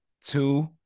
two